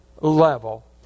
level